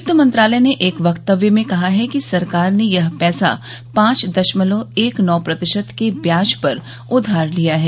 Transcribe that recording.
वित्त मंत्रालय ने एक वक्तव्य में कहा है कि सरकार ने यह पैसा पांच दशमलव एक नौ प्रतिशत के व्याज पर उधार लिया है